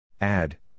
Add